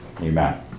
amen